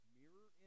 mirror